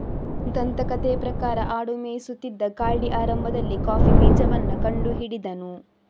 ದಂತಕಥೆಯ ಪ್ರಕಾರ ಆಡು ಮೇಯಿಸುತ್ತಿದ್ದ ಕಾಲ್ಡಿ ಆರಂಭದಲ್ಲಿ ಕಾಫಿ ಬೀಜವನ್ನ ಕಂಡು ಹಿಡಿದನು